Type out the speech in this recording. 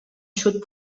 xut